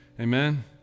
Amen